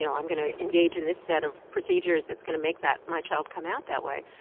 you know i'm going to engage in this set of procedures that's going to make that my child come out that way,